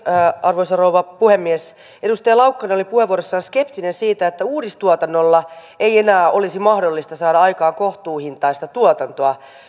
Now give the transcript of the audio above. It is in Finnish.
arvoisa rouva puhemies edustaja laukkanen oli puheenvuorossaan skeptinen siitä että uudistuotannolla ei enää olisi mahdollista saada aikaan kohtuuhintaista tuotantoa